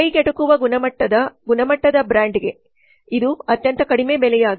ಕೈಗೆಟುಕುವ ಗುಣಮಟ್ಟದ ಗುಣಮಟ್ಟದ ಬ್ರ್ಯಾಂಡ್ಗೆ ಇದು ಅತ್ಯಂತ ಕಡಿಮೆ ಬೆಲೆಯಾಗಿದೆ